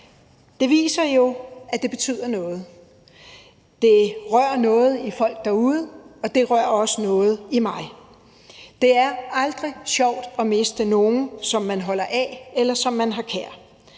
Det viser jo, at det betyder noget. Det rører noget i folk derude, og det rører også noget i mig. Det er aldrig sjovt at miste nogen, som man holder af, eller som man har kær,